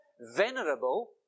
venerable